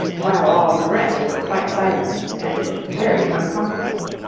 while all the rest were quite silent, and looked very uncomfortable.